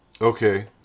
Okay